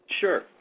Sure